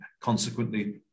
Consequently